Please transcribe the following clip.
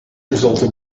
resulted